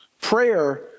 Prayer